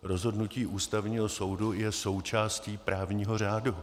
Rozhodnutí Ústavního soudu je součástí právního řádu.